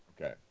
Okay